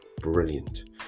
brilliant